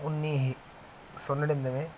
ਉੱਨੀ ਸੌ ਨੜ੍ਹਿਨਵੇਂ